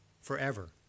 forever